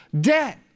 debt